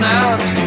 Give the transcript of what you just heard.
out